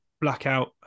blackout